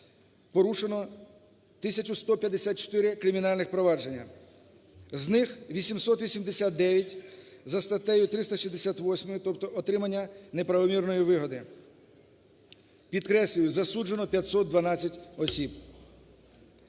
порушено 1 тисячу 154 кримінальних провадження, з них 889 за статтею 368, тобто отримання неправомірної вигоди. Підкреслю, засуджено 512 осіб,